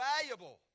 valuable